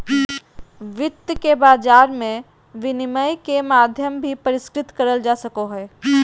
वित्त के बाजार मे विनिमय के माध्यम भी परिष्कृत करल जा सको हय